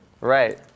Right